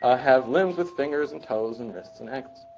ah have limbs with fingers, and toes, and wrists, and ankles.